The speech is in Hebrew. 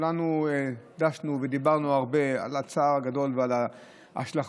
כולנו דשנו ודיברנו הרבה על הצער הגדול ועל ההשלכות